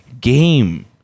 game